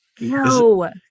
No